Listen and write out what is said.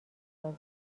بازی